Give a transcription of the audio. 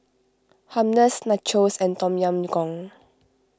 Humnus Nachos and Tom Yam Goong